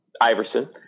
Iverson